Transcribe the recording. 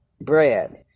bread